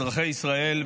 אזרחי ישראל,